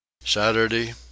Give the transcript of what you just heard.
saturday